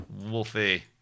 Wolfie